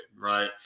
right